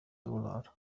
دولار